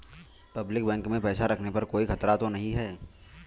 Public bank में पैसा रखने पर कोई खतरा तो नहीं है?